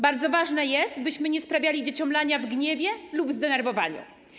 Bardzo ważne jest, byśmy nie sprawiali dzieciom lania w gniewie lub zdenerwowaniu˝